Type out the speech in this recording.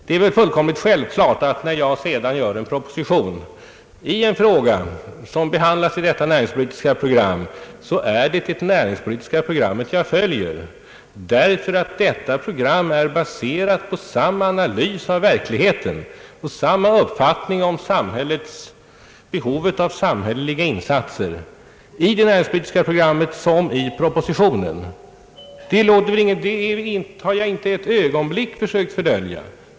Det är väl då fullkomligt självklart att jag, när jag sedan skriver en proposition i en fråga som har behandlats i detta näringspolitiska program, följer programmet, eftersom det är baserat på samma analyser av verksamheten och samma uppfattning om samhällets behov av samhälleliga insatser. Det har jag inte ett ögonblick sökt att dölja.